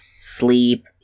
sleep